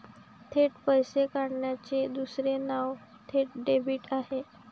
थेट पैसे काढण्याचे दुसरे नाव थेट डेबिट आहे